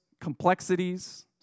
complexities